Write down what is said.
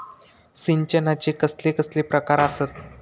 सिंचनाचे कसले कसले प्रकार आसत?